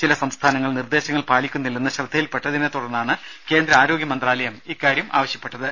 ചില സംസ്ഥാനങ്ങൾ നിർദേശങ്ങൾ പാലിക്കുന്നില്ലെന്ന് ശ്രദ്ധയിൽ പെട്ടതിനെ തുടർന്നാണ് കേന്ദ്ര ആരോഗ്യ മന്ത്രാലയം ഇക്കാര്യം ആവശ്യപ്പെട്ടത്